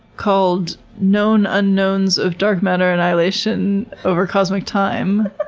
called known unknowns of dark matter annihilation over cosmic time.